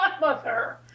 godmother